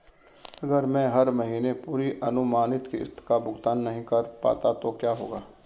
अगर मैं हर महीने पूरी अनुमानित किश्त का भुगतान नहीं कर पाता तो क्या होगा?